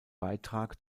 beitrag